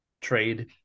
trade